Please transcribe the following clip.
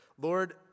Lord